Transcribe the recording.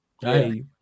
hey